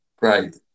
Right